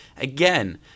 Again